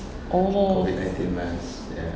oh